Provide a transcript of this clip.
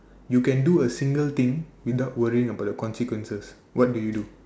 you can do a single thing without worrying about the consequences what do you do